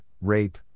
rape